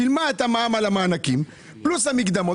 שילמה את המע"מ על המענקים פלוס המקדמות.